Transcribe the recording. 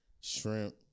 Shrimp